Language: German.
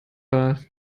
war